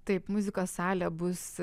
taip muzikos salė bus